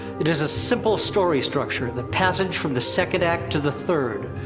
it is a simple story structure, the passage from the second act to the third,